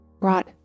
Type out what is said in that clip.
brought